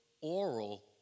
oral